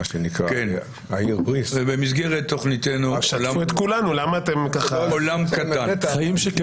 ובמסגרת תוכניתנו עולם קטן.